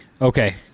Okay